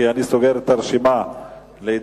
כי אני סוגר את רשימת המתדיינים.